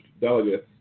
delegates